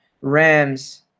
ram's